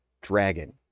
dragon